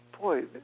boy